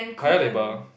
Paya-Lebar